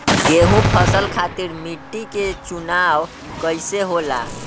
गेंहू फसल खातिर मिट्टी के चुनाव कईसे होला?